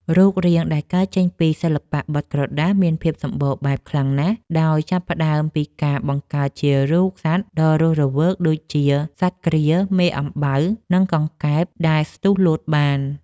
រូបរាងដែលកើតចេញពីសិល្បៈបត់ក្រដាសមានភាពសម្បូរបែបខ្លាំងណាស់ ដោយចាប់ផ្ដើមពីការបង្កើតជារូបសត្វដ៏រស់រវើកដូចជា សត្វក្រៀល មេអំបៅ និងកង្កែបដែលស្ទុះលោតបាន។